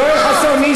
יואל חסון,